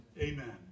Amen